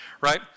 right